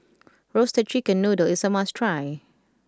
Roasted Chicken Noodle is a must try